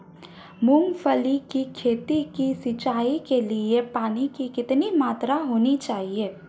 मूंगफली की खेती की सिंचाई के लिए पानी की कितनी मात्रा होनी चाहिए?